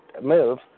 move